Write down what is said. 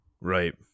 right